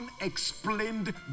unexplained